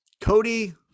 cody